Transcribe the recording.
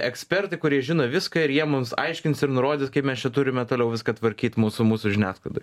ekspertai kurie žino viską ir jie mums aiškins ir nurodys kaip mes čia turime toliau viską tvarkyt mūsų mūsų žiniasklaidoj